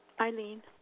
Eileen